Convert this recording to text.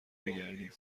بگردیم